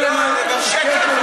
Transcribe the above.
על חיילות בצה"ל.